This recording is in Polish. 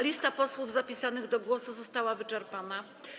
Lista posłów zapisanych do głosu została wyczerpana.